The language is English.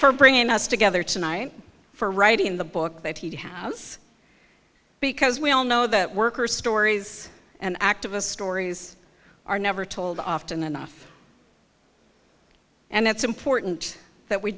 for bringing us together tonight for writing the book that he did house because we all know that workers stories and activists stories are never told often enough and it's important that we